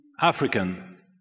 African